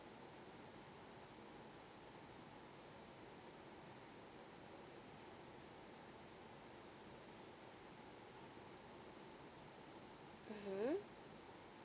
mmhmm